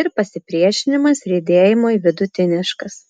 ir pasipriešinimas riedėjimui vidutiniškas